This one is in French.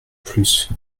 plus